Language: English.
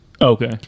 Okay